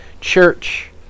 church